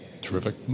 Terrific